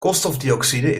koolstofdioxide